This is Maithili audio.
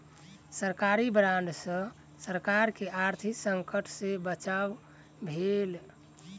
सरकारी बांड सॅ सरकार के आर्थिक संकट सॅ बचाव भेल